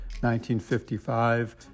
1955